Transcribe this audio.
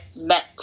met